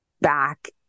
back